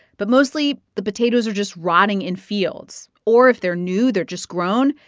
but mostly, the potatoes are just rotting in fields or, if they're new, they're just grown,